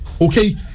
Okay